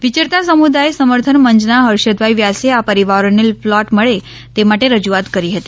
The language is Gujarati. વિચરતા સમુદાય સમર્થન મંચના હર્ષદભાઈ વ્યાસે આ પરિવારોને પ્લોટ મળે તે માટે રજૂઆત કરી હતી